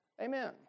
Amen